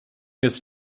des